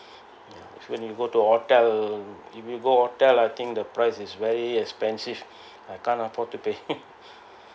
if when you go hotel if you go hotel I think the price is very expensive I can't afford to pay